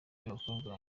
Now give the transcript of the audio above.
y’abakobwa